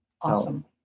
Awesome